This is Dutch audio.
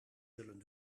zullen